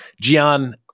Gian